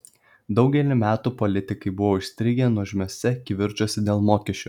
daugelį metų politikai buvo užstrigę nuožmiuose kivirčuose dėl mokesčių